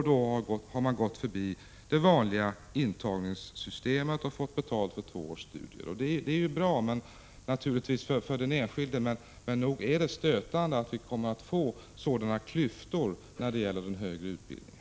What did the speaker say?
Då har de gått förbi det vanliga intagningssystemet samt fått betalt för två års studier.” Detta är naturligtvis bra för den enskilde, men nog är det stötande att vi kommer att få sådana klyftor när det gäller den högre utbildningen.